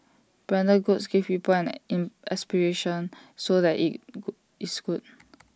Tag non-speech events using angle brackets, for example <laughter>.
branded goods give people an in aspiration so that <noise> is good